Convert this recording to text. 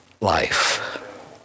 life